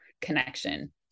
connection